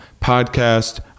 podcast